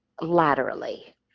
laterally